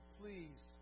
please